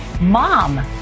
mom